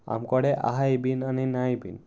आमचे कडेन आसाय बीन आनी नाय बीन